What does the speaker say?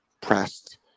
pressed